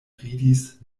ridis